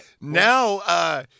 Now